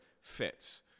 fits